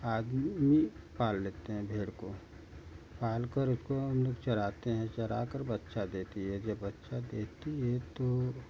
आदमी भी पाल लेते हैं भेड़ को पाल कर उसको हम लोग चराते हैं चरा कर बच्चा देती है जब बच्चा देती है तो